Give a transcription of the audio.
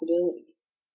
possibilities